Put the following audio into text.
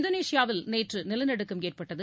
இந்தோனேஷியாவில் நேற்று நிலநடுக்கம் ஏற்பட்டது